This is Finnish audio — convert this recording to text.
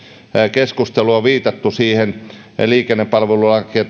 keskustelua viitattu siihen liikennepalvelulain ja